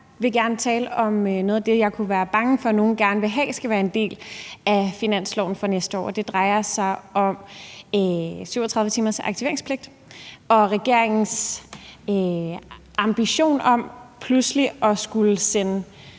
Jeg vil gerne tale om noget af det, jeg kunne være bange for nogle gerne vil have skulle være en del af finansloven for næste år. Det drejer sig om en 37-timersaktiveringspligt og regeringens ambition om pludselig at skulle sende